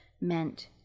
meant